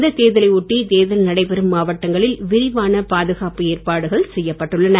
இந்த தேர்தலை ஒட்டி தேர்தல் நடைபெறும் மாவட்டங்களில் விரிவான பாதுகாப்பு ஏற்பாடுகள் செய்யப்பட்டுள்ளன